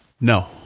No